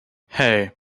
hey